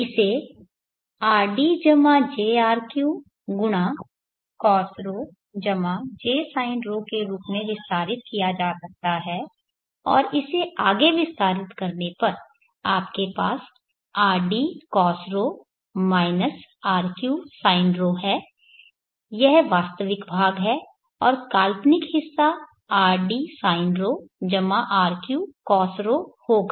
इसे rd jrq cos 𝜌 j sin𝜌 के रूप में विस्तारित किया जा सकता है और इसे आगे विस्तारित करने पर आपके पास rdcos𝜌 rqsin𝜌 है यह वास्तविक भाग और काल्पनिक हिस्सा rd sin𝜌 rq cos𝜌 होगा